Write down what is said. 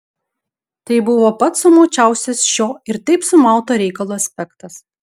tai buvo pats sumaučiausias šio ir taip sumauto reikalo aspektas